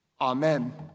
Amen